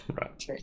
right